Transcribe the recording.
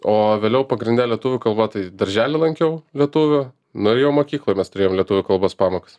o vėliau pagrinde lietuvių kalba tai darželį lankiau lietuvių nu jau mokykloj mes turėjom lietuvių kalbos pamokas